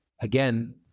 again